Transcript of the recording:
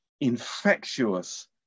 infectious